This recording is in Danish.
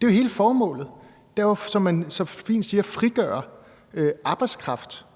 Det er jo hele formålet. Det er, som man så fint siger, at frigøre arbejdskraft.